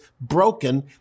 broken